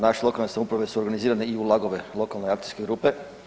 Naš lokalne samouprave su organizirane i u LAG-ove, lokalne akcijske grupe.